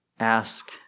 Ask